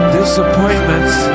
disappointments